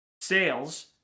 sales